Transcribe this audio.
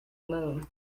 moon